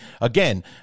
Again